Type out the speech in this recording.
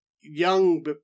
young